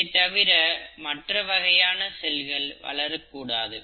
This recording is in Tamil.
இதைத்தவிர மற்ற வகையான செல்கள் வளரக்கூடாது